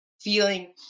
feeling